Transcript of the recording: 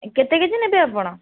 ଏ କେତେ କେଜି ନେବି ଆପଣ